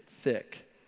thick